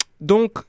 donc